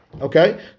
Okay